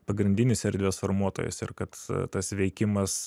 pagrindinis erdvės formuotojas ir kad tas veikimas